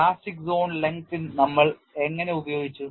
plastic zone length നമ്മൾ എങ്ങനെ ഉപയോഗിച്ചു